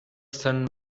son